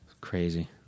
Crazy